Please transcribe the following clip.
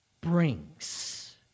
brings